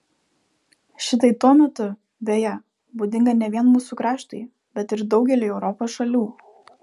šitai tuo metu beje būdinga ne vien mūsų kraštui bet ir daugeliui europos šalių